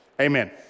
Amen